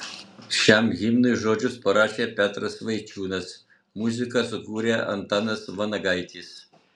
šiam himnui žodžius parašė petras vaičiūnas muziką sukūrė antanas vanagaitis